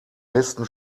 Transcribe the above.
besten